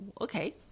okay